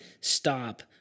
stop